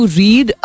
read